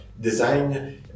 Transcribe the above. design